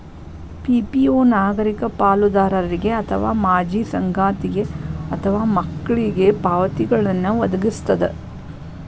PPO ನಾಗರಿಕ ಪಾಲುದಾರರಿಗೆ ಅಥವಾ ಮಾಜಿ ಸಂಗಾತಿಗೆ ಅಥವಾ ಮಕ್ಳಿಗೆ ಪಾವತಿಗಳ್ನ್ ವದಗಿಸ್ತದ